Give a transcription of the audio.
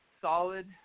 solid